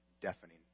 Deafening